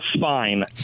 fine